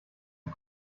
die